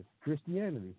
Christianity